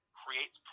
creates